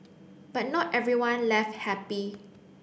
but not everyone left happy